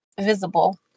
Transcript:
visible